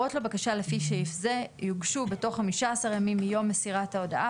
הערות לבקשה לפי סעיף זה יוגשו בתוך 15 ימים מיום מסירת ההודעה,